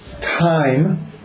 time